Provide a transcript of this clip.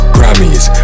Grammys